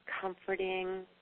comforting